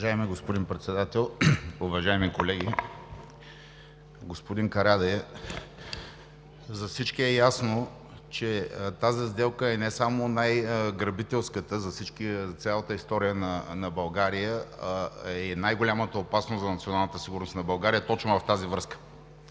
Уважаеми господин Председател, уважаеми колеги! Господин Карадайъ, за всички е ясно, че тази сделка е не само най-грабителската за цялата история на България, а е и най-голямата опасност за националната сигурност на България точно в тази връзка.